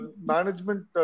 management